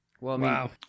Wow